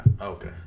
Okay